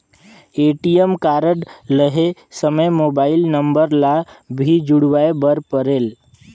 ATM card लहे समय mobile number ला भी जुड़वाए बर परेल?